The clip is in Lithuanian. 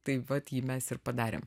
tai vat jį mes ir padarėm